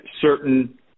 certain